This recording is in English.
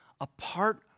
Apart